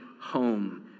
home